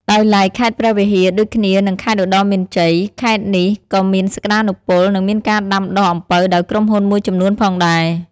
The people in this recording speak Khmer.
ដោយឡែកខេត្តព្រះវិហារ ដូចគ្នានឹងខេត្តឧត្តរមានជ័យដែរ ខេត្តនេះក៏មានសក្តានុពល និងមានការដាំដុះអំពៅដោយក្រុមហ៊ុនមួយចំនួនផងដែរ។